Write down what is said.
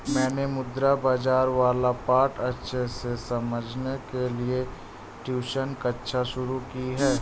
मैंने मुद्रा बाजार वाला पाठ अच्छे से समझने के लिए ट्यूशन कक्षा शुरू की है